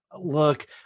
look